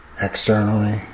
Externally